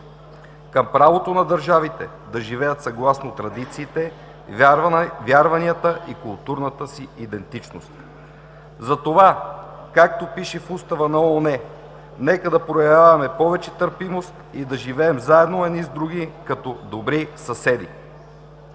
към правото на държавите да живеят съгласно традициите, вярванията и културната си идентичност. Затова, както пише в Устава на ООН: „Нека да проявяваме повече търпимост и да живеем заедно едни с други, като добри съседи.“